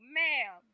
ma'am